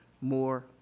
more